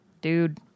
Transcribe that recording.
dude